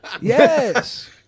yes